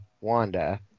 Wanda